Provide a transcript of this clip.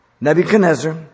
Nebuchadnezzar